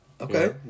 Okay